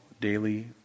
daily